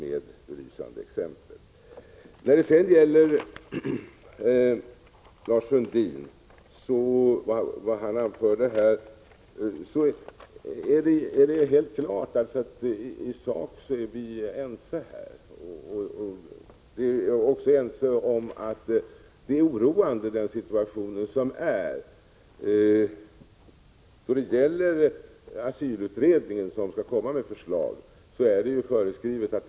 Det är helt klart att Lars Sundin och jag i sak är ense. Vi är också överens om att nuvarande situation är oroande. Det är föreskrivet att asylutredningen skall lägga fram sitt förslag under första halvåret.